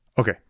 Okay